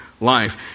life